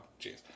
jeez